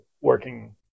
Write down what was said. working